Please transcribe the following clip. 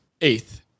eighth